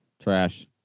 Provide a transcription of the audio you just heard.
Trash